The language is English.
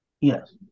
yes